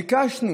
ביקשנו.